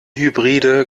hybride